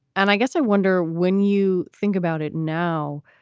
and i guess i wonder when you think about it now,